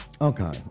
Okay